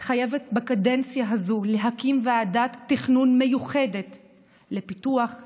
אני חייבת בקדנציה הזאת להקים ועדת תכנון מיוחדת לפיתוח,